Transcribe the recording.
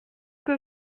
que